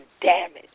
damage